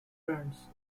brands